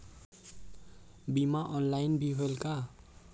बीमा ऑनलाइन भी होयल का?